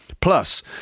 Plus